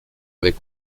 avec